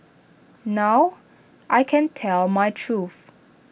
now I can tell my truth